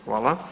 Hvala.